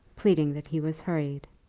pleading that he was hurried.